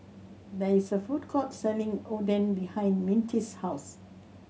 there is a food court selling Oden behind Mintie's house